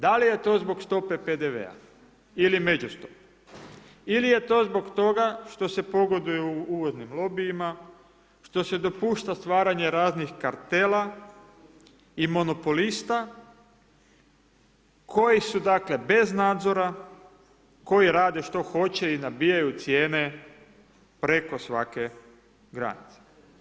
Da li je to zbog stope PDV-a ili među stope, ili je to zbog toga što se pogoduje uvoznim lobijima, što se dopušta stvaranje raznih kartela i monopolista koji su, dakle, bez nadzora, koji rade što hoće i nabijaju cijene preko svake granice.